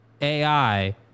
AI